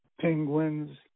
Penguins